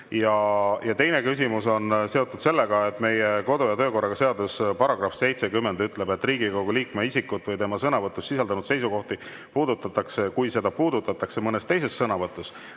Ja teine küsimus on seotud sellega, et meie kodu- ja töökorra seaduse § 70 ütleb, et kui Riigikogu liikme isikut või tema sõnavõtus sisaldunud seisukohti puudutatakse mõnes teises sõnavõtus,